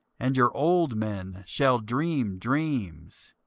and your old men shall dream dreams